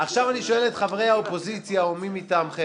עכשיו אני שואל את חברי האופוזיציה או מי מטעמכם,